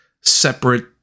separate